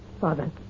Father